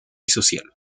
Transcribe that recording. social